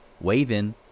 waving